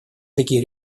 такие